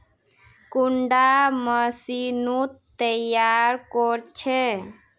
कुंडा मशीनोत तैयार कोर छै?